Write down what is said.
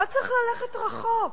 לא צריך ללכת רחוק.